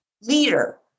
leader